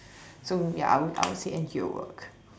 so ya I would I would say N_G_O work